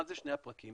מה זה שני הפרקים?